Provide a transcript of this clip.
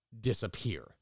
disappear